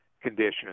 conditions